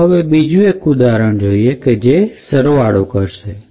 ચાલો હવે એક બીજું ઉદાહરણ જોઇએ કે જે સરવાળો કરશે